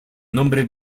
nombre